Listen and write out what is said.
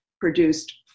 produced